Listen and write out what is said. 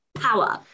power